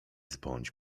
zbądź